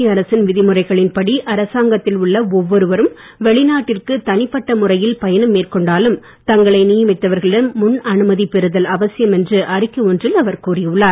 மத்திய அரசின் விதிமுறைகளின்படி அரசாங்கத்தில் உள்ள ஒவ்வொருவரும் வெளிநாட்டிற்கு தனிப்பட்ட முறையில் பயணம் மேற்கொண்டாலும் தங்களை நியமித்தவர்களிடம் முன் அனுமதி பெறுதல் அவசியம் என்று அறிக்கை ஒன்றில் அவர் கூறி உள்ளார்